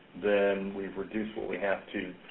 then we've reduced what we have to